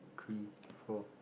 three four